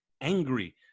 angry